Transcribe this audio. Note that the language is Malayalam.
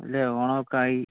ല്ലെ ഓണം ഒക്കെ ആയി